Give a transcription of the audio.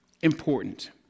important